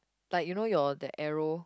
like you know your that arrow